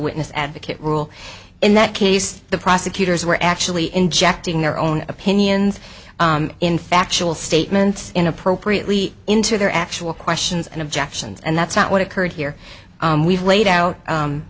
witness advocate rule in that case the prosecutors were actually injecting their own opinions in factual statements in appropriately into their actual questions and objections and that's not what occurred here we've laid out